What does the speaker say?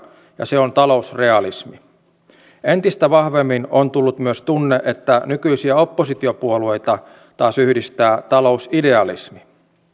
ja se on talousrealismi entistä vahvemmin on tullut myös tunne että nykyisiä oppositiopuolueita taas yhdistää talousidealismi